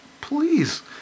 please